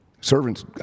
Servants